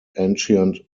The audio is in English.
ancient